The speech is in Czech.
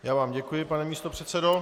Já vám děkuji, pane místopředsedo.